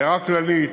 הערה כללית: